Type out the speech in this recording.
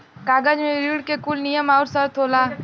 कागज मे ऋण के कुल नियम आउर सर्त होला